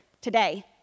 today